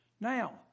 Now